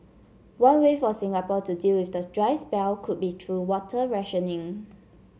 one way for Singapore to deal with the dry spell could be through water rationing